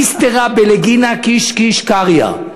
אסתרא בלגינא קיש קיש קריא.